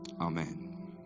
Amen